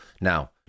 Now